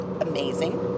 amazing